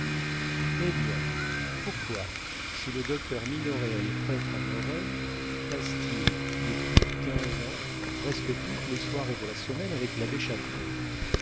eh bien pourquoi si le docteur minoret a les prêtres en horreur passe-t-il depuis quinze ans presque toutes les soirées de la semaine avec l'abbé chaperon